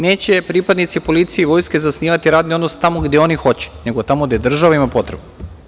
Neće pripadnici policije i Vojske zasnivati radni odnos tamo gde oni hoće, nego tamo gde država ima potrebu.